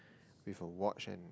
with a watch and